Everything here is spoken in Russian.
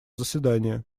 заседания